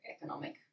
economic